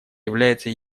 является